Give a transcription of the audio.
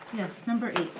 yes, number eight.